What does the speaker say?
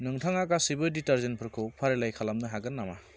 नोंथाङा गासैबो डिटारजेन्टफोरखौ फारिलाइ खालामनो हागोन नामा